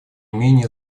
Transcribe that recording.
менее